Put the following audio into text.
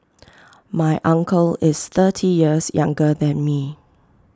my uncle is thirty years younger than me